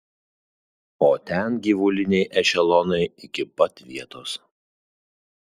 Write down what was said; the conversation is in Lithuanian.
o ten gyvuliniai ešelonai iki pat vietos